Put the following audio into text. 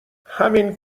همین